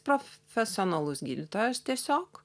profesionalus gydytojas tiesiog